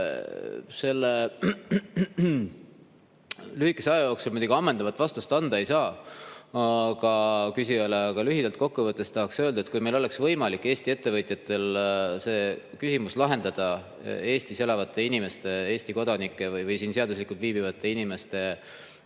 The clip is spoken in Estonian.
Selle lühikese aja jooksul muidugi ammendavat vastust anda ei saa, aga lühidalt kokku võttes tahaks öelda, et kui meil oleks võimalik Eesti ettevõtjatel see küsimus lahendada Eestis elavate inimeste, Eesti kodanike või siin seaduslikult viibivate inimeste